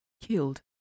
killed